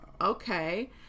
okay